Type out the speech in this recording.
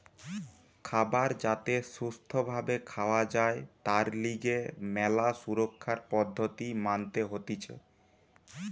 খাবার যাতে সুস্থ ভাবে খাওয়া যায় তার লিগে ম্যালা সুরক্ষার পদ্ধতি মানতে হতিছে